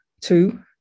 two